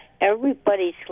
Everybody's